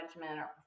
management